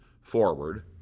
forward